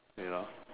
wait ah